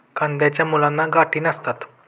कंदाच्या मुळांना गाठी नसतात